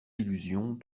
illusions